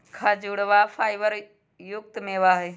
खजूरवा फाइबर युक्त मेवा हई